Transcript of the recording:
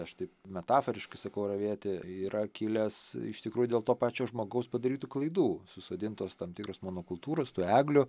aš taip metaforiškai sakau ravėti yra kilęs iš tikrųjų dėl to pačio žmogaus padarytų klaidų susodintos tam tikros monokultūros tų eglių